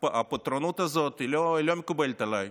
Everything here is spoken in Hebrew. הפטרונות הזאת לא מקובלת עליי.